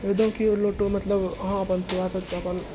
वेदो की ओर लौटो मतलब अहाँ अपन अपन